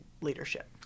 leadership